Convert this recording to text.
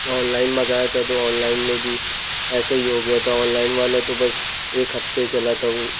online मगाया था तो ओनलाइन में भी ऐसा ही हो गया था ओनलाइन वाला तो बस एक हफ्ते चला था वो